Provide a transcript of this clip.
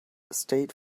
state